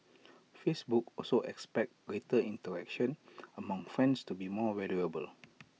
Facebook also expects greater interaction among friends to be more valuable